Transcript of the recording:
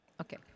Okay